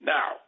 Now